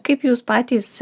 kaip jūs patys